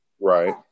right